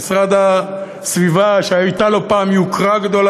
המשרד להגנת הסביבה, שהייתה לו פעם יוקרה רבה,